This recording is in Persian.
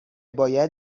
باید